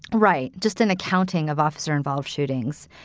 right. just an accounting of officer involved shootings.